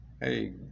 hey